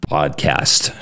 Podcast